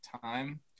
time